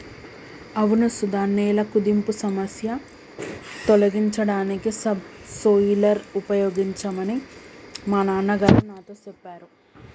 అవును సుధ నేల కుదింపు సమస్య తొలగించడానికి సబ్ సోయిలర్ ఉపయోగించమని మా నాన్న గారు నాతో సెప్పారు